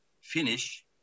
finish